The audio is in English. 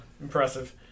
impressive